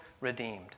redeemed